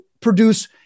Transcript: produce